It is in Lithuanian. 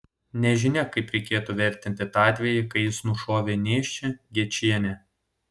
nežinia kaip reikėtų vertinti tą atvejį kai jis nušovė nėščią gečienę